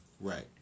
Right